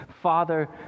Father